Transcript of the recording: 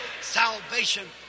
salvation